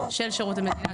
של שירות המדינה,